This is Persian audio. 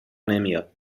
نمیاد